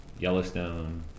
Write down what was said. Yellowstone